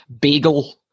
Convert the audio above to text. bagel